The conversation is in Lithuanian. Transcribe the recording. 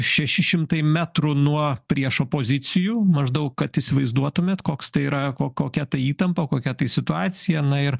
šeši šimtai metrų nuo priešo pozicijų maždaug kad įsivaizduotumėt koks tai yra ko kokia ta įtampa kokia tai situacija ir